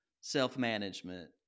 self-management